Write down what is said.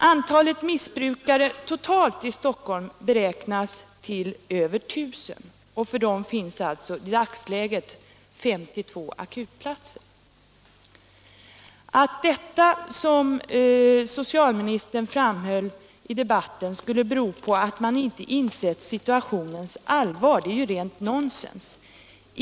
Antalet missbrukare totalt i Stockholm beräknas till över 1000, och för dem finns det i dagsläget 52 akutplatser. Att detta, som socialministern framhöll, skulle bero på att man inte insett situationens allvar är ju rent nonsens.